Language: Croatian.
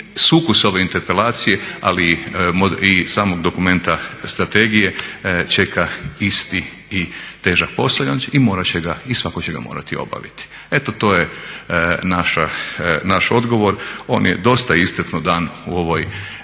sukus ove interpelacije, ali i samog dokumenta strategije čeka isti i težak posao i morat će ga i svatko će ga morati obaviti. Eto to je naš odgovor, on je dosta iscrpno dan vezano